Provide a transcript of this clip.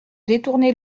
détourner